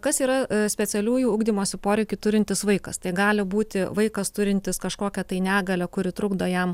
kas yra specialiųjų ugdymosi poreikių turintis vaikas tai gali būti vaikas turintis kažkokią tai negalią kuri trukdo jam